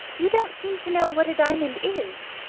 you don't seem to know what a diamond is.